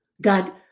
God